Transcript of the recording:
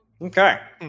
Okay